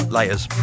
Layers